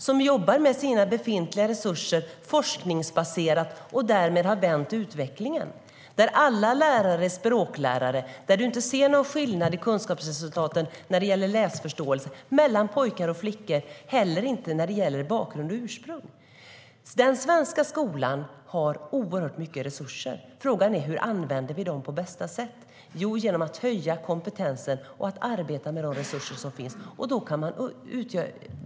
Där jobbar man med sina befintliga resurser, forskningsbaserat, och därmed har man vänt utvecklingen. Där är alla lärare språklärare, och man ser ingen skillnad i kunskapsresultaten när det gäller läsförståelse mellan pojkar och flickor och inte heller när det gäller bakgrund och ursprung. Den svenska skolan har oerhört mycket resurser. Frågan är hur vi använder dem på bästa sätt. Jo, genom att höja kompetensen och arbeta med de resurser som finns.